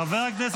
חבר הכנסת בליאק.